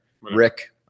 Rick